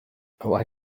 why